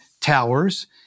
towers